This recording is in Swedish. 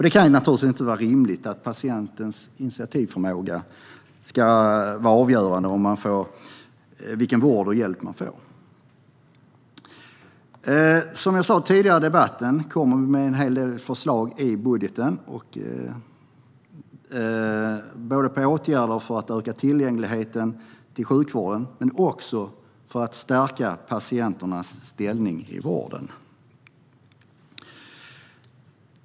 Det kan naturligtvis inte vara rimligt att patientens initiativförmåga ska vara avgörande för vilken vård och hjälp man får. Som jag sa tidigare i debatten kommer vi med en hel del förslag i budgeten. Det handlar om åtgärder för att öka tillgängligheten till sjukvården men också för att stärka patienternas ställning i vården.